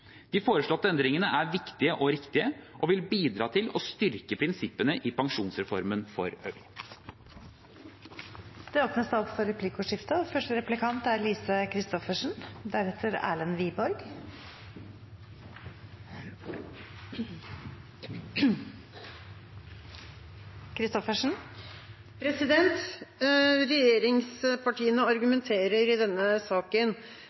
De foreslåtte endringene er viktige og riktige og vil bidra til å styrke prinsippene i pensjonsreformen for øvrig. Det blir replikkordskifte. Regjeringspartiene argumenterer i denne saken med at etterlattepensjon er